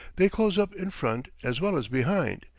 they close up in front as well as behind,